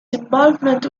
involvement